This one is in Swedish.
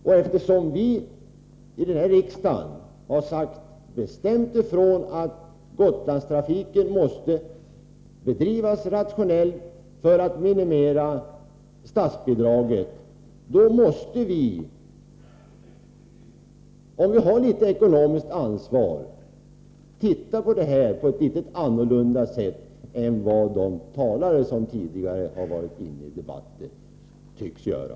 Och eftersom vi här i riksdagen har sagt bestämt ifrån att Gotlandstrafiken måste bedrivas rationellt för att man skall kunna minimera statsbidragen, så måste vi — om vi har litet ekonomiskt ansvar — se saken något annorlunda än vad de talare som tidigare varit uppe i debatten tycks göra.